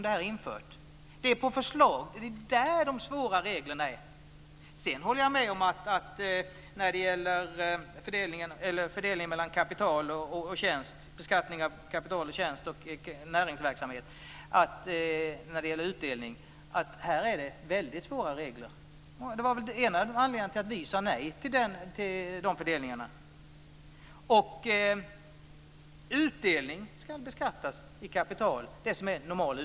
Det är alltså här som de svåra reglerna finns. När det gäller fördelningen mellan beskattningen av kapital och tjänst respektive näringsverksamhet och när det gäller utdelningen är det väldigt svåra regler. Det är en av anledningarna till att vi sade nej till att fördela så. Normal utdelning ska beskattas när det gäller kapital.